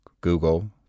Google